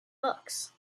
books